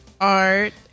Art